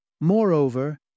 Moreover